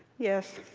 yes.